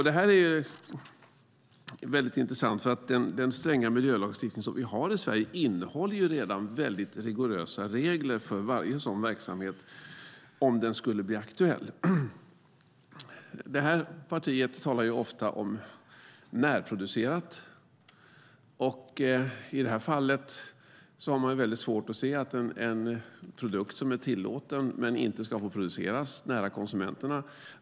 Det här är intressant eftersom den stränga miljölagstiftning vi har i Sverige redan innehåller rigorösa regler för varje sådan verksamhet om den skulle bli aktuell. Det här partiet talar ofta om närproducerat. I det här fallet har man svårt att se att en produkt som är tillåten inte ska få produceras nära konsumenterna.